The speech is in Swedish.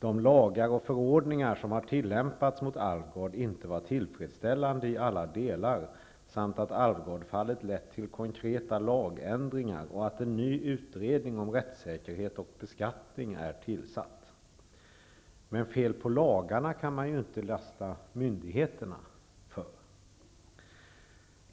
de lagar och förordningar som har tillämpats mot Alvgard inte var tillfredsställande i alla delar, samt att Alvgardfallet lett till konkreta lagändringar och att en ny utredning om rättssäkerhet och beskattning är tillsatt. Men fel på lagarna kan man ju inte lasta myndigheterna för.